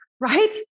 right